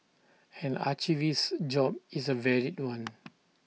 an archivist's job is A varied one